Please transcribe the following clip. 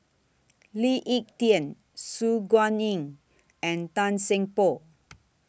Lee Ek Tieng Su Guaning and Tan Seng Poh